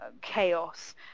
chaos